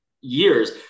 years